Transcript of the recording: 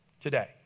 today